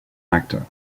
actor